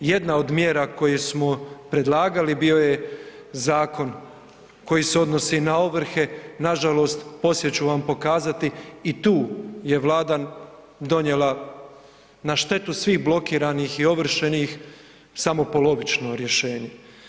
Jedna od mjera koje smo predlagali bio je zakon koji se odnosi na ovrhe, nažalost poslije ću vam pokazati i tu je Vlada donijela na štetu svih blokiranih i ovršenih samo polovično rješenje.